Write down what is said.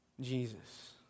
Jesus